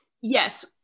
yes